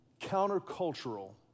countercultural